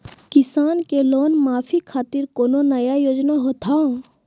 किसान के लोन माफी खातिर कोनो नया योजना होत हाव?